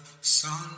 sun